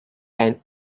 and